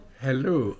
Hello